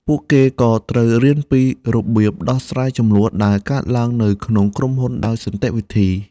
ពួកគេក៏ត្រូវរៀនពីរបៀបដោះស្រាយជម្លោះដែលកើតឡើងនៅក្នុងក្រុមដោយសន្តិវិធី។